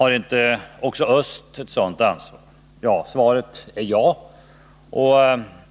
Har inte också öst ett sådant ansvar? Svaret är ja.